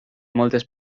moltes